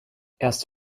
erst